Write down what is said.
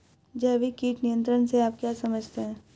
जैविक कीट नियंत्रण से आप क्या समझते हैं?